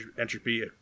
entropy